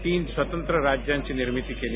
तीन स्वतंञ राज्यांची निर्मिती केली